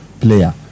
player